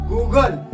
Google